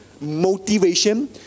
motivation